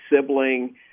sibling